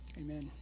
Amen